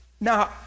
Now